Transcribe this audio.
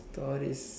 stories